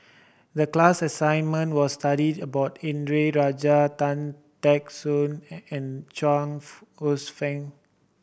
the class assignment was to study about Indranee Rajah Tan Teck Soon and and Chuang Hsueh Fang